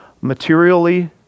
materially